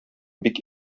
бик